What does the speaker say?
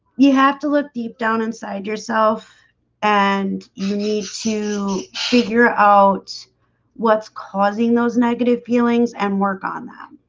you have to look deep down inside yourself and you need to figure out what's causing those negative feelings and work on them?